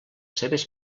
seves